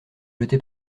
jeté